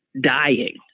dying